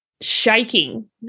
shaking